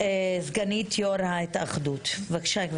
סגנית יו"ר ההתאחדות, בבקשה.